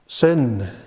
Sin